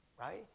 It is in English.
right